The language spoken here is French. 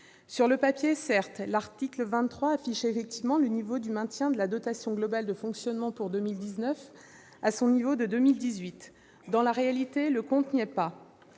Sur le papier, certes, l'article 23 affiche effectivement le maintien de la dotation globale de fonctionnement pour 2019 à son niveau de 2018. Mais dans la réalité, le compte n'y est pas